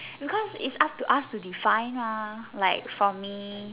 because its up to us to define mah like for me